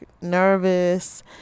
nervous